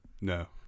No